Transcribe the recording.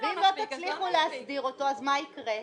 ואם לא תצליחו להסדיר אותו, אז מה יקרה?